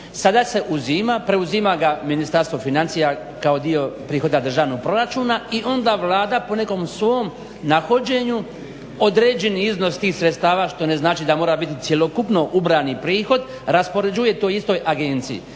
sada se uzima, preuzima ga Ministarstvo financija kao dio prihoda državnog proračuna i onda Vlada po nekom svom nahođenju određeni iznos tih sredstava što ne znači da ne mora biti cjelokupno ubran prihod raspoređuje toj istoj agenciji.